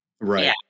right